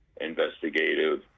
investigative